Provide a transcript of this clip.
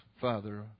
Father